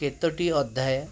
କେତୋଟି ଅଧ୍ୟାୟ